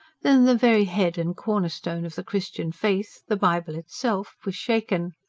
then the very head-and-corner stone of the christian faith, the bible itself, was shaken.